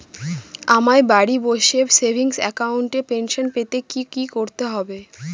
আমায় বাড়ি বসে সেভিংস অ্যাকাউন্টে পেনশন পেতে কি কি করতে হবে?